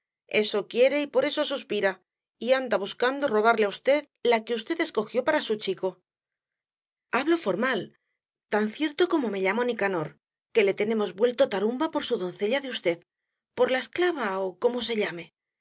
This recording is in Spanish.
eso quiere y por eso suspira y anda buscando robarle á v la que v escogió para su chico hablo formal tan cierto como me llamo nicanor que le tenemos vuelto tarumba por su doncella de v por la esclava ó como se llame